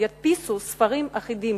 ידפיסו ספרים אחידים,